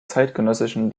zeitgenössischen